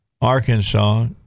Arkansas